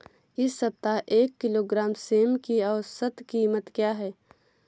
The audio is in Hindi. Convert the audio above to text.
इस सप्ताह एक किलोग्राम सेम की औसत कीमत क्या है?